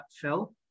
Phil